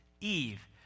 Eve